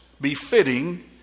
befitting